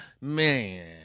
man